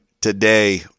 today